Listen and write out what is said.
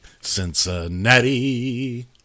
Cincinnati